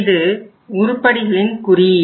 இது உருப்படிகளின் குறியீடு